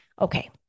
Okay